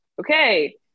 okay